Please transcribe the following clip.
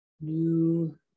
new